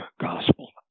gospel